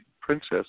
princess